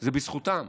זה בזכותם,